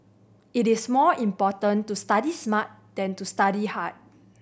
it is more important to study smart than to study hard